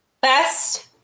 best